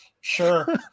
sure